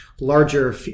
larger